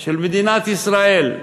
של מדינת ישראל,